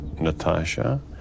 Natasha